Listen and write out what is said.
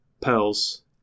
pearls